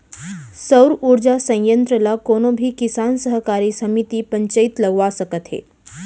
सउर उरजा संयत्र ल कोनो भी किसान, सहकारी समिति, पंचईत लगवा सकत हे